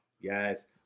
Yes